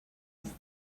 els